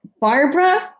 Barbara